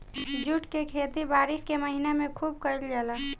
jute के खेती बारिश के महीना में खुब कईल जाला